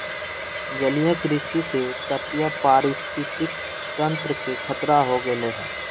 जलीय कृषि से तटीय पारिस्थितिक तंत्र के खतरा हो गैले है